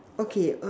okay